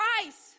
Christ